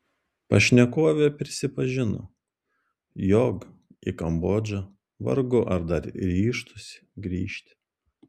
pašnekovė prisipažino jog į kambodžą vargu ar dar ryžtųsi grįžti